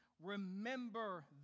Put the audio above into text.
Remember